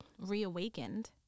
reawakened